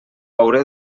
hauré